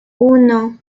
uno